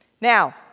Now